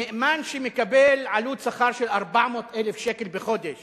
נאמן שמקבל עלות שכר של 400,000 שקל בחודש